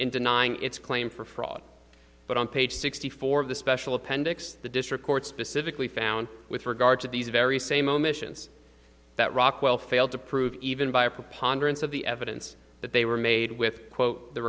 in denying its claim for fraud but on page sixty four of the special appendix the district court specifically found with regard to these very same omissions that rockwell failed to prove even by a preponderance of the evidence that they were made with quote the